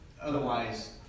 Otherwise